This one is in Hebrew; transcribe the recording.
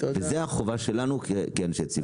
וזו החובה שלנו כאנשי ציבור.